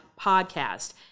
podcast